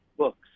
books